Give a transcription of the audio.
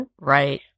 Right